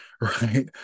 right